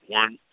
one